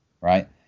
right